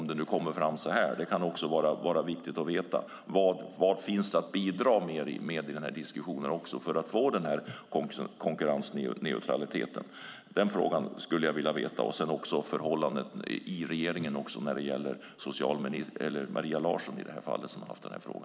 Det kan också vara viktigt att veta. Vad finns det att bidra med i den här diskussionen för att få konkurrensneutralitet? Den frågan skulle jag vilja ha svar på, liksom frågan om förhållandet i regeringen till Maria Larsson som varit ansvarig för denna fråga.